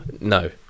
no